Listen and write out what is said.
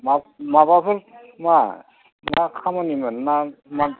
मा माबाफोर मा मा खामानिमोन मा मा